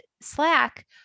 Slack